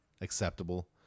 acceptable